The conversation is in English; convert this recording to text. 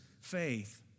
faith